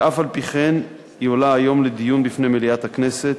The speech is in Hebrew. ואף-על-פי-כן היא עולה היום לדיון בפני מליאת הכנסת,